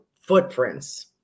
footprints